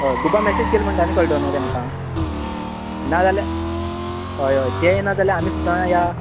हय ग्रुपा मेसेज केल्या आनी कळट न्हय तेमकां नाजाल्या हय हय ते येना जाल्या आमी सुद्दां या